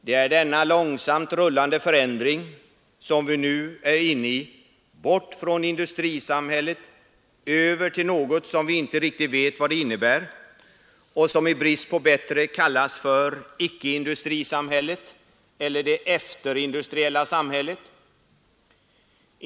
Det är denna långsamt rullande förändring som vi nu är inne i, bort från industrisamhället över till något som vi inte riktigt vet vad det innebär och som i brist på bättre kallas för icke-industrisamhället eller det efterindustriella samhället.